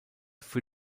für